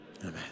Amen